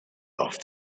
off